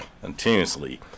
continuously